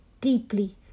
deeply